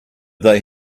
they